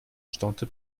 staunte